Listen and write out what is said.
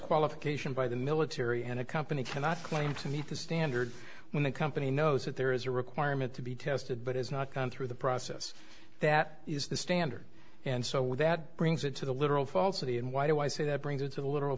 qualification by the military and a company cannot claim to meet the standard when the company knows that there is a requirement to be tested but has not gone through the process that is the standard and so well that brings it to the literal falsity and why do i say that brings it to the lit